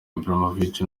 ibrahimovic